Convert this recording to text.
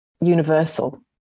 universal